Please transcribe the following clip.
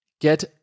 Get